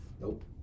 Nope